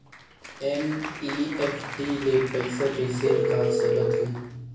NEFT ले पईसा कइसे निकाल सकत हन?